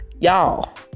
y'all